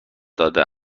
داده